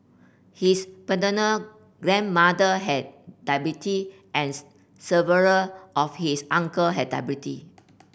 his paternal grandmother had diabetes and several of his uncle had diabetes